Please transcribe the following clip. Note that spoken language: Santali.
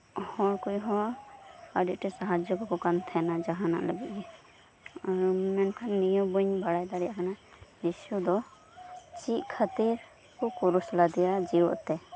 ᱦᱚᱲ ᱠᱚᱱ ᱦᱚᱸ ᱟᱰᱤ ᱟᱸᱴᱮ ᱥᱟᱦᱟᱡᱽᱡᱚ ᱠᱟᱠᱚ ᱛᱟᱦᱮᱱᱟ ᱡᱟᱦᱟᱱᱟᱜ ᱞᱟᱜᱤᱫ ᱜᱮ ᱟᱨ ᱢᱮᱱᱠᱷᱟᱱ ᱱᱤᱭᱟᱹ ᱵᱟᱹᱧ ᱵᱟᱲᱟᱭ ᱫᱟᱲᱮᱭᱟᱜ ᱠᱟᱱᱟ ᱡᱤᱥᱩ ᱫᱚ ᱪᱮᱫ ᱠᱷᱟᱛᱤᱨ ᱠᱚ ᱠᱨᱩᱥ ᱞᱮᱫᱮᱭᱟ ᱡᱮᱣᱮᱫ ᱛᱮ